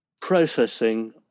processing